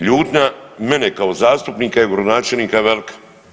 Ljutnja mene kao zastupnika i gradonačelnika je velika.